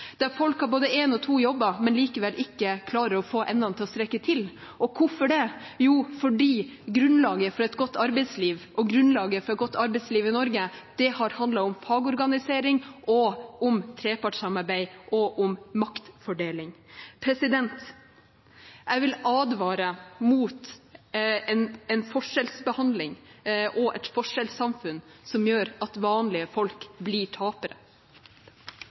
folk har både en og to jobber, men allikevel ikke klarer å få endene til å møtes. Og hvorfor det? Jo, fordi grunnlaget for et godt arbeidsliv i Norge har handlet om fagorganisering, om trepartssamarbeid og om maktfordeling. Jeg vil advare mot en forskjellsbehandling og et forskjellssamfunn som gjør at vanlige folk blir tapere.